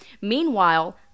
Meanwhile